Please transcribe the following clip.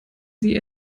sie